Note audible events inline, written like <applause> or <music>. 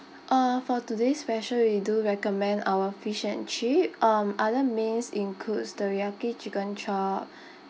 uh for today's special we do recommend our fish and chip um other meals includes teriyaki chicken chop <breath>